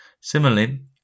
Similarly